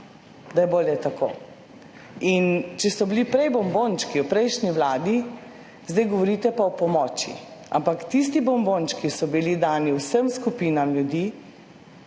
da je bolje tako.« In če so bili prej, v prejšnji vladi bombončki, zdaj govorite pa o pomoči. Ampak tisti bombončki so bili dani vsem skupinam ljudi